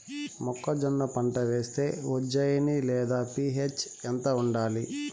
మొక్కజొన్న పంట వేస్తే ఉజ్జయని లేదా పి.హెచ్ ఎంత ఉండాలి?